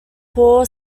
paul